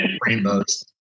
rainbows